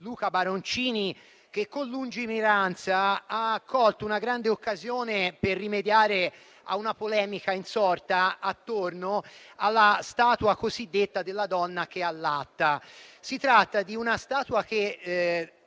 Luca Baroncini, che con lungimiranza ha colto una grande occasione per rimediare a una polemica insorta attorno alla statua cosiddetta della donna che allatta. Si tratta di una statua che